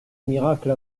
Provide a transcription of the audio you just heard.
miracle